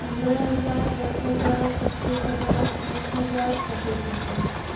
पंद्रह हज़ार दस हज़ार पच्चीस हज़ार बीस हज़ार छब्बीस हज़ार